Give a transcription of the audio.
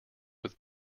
with